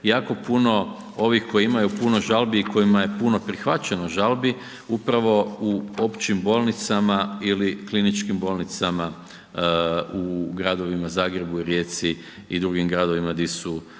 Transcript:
jako puno ovih koji imaju puno žalbi i kojima je puno prihvaćeno žalbi, upravo u općim bolnicama ili kliničkim bolnicama u gradovima Zagrebu, Rijeci i dr. gradovima di su